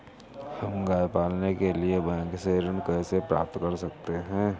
हम गाय पालने के लिए बैंक से ऋण कैसे प्राप्त कर सकते हैं?